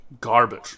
garbage